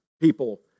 people